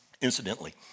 Incidentally